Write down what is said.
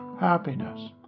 happiness